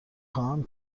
خواهم